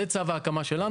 זה צו ההקמה שלנו.